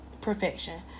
perfection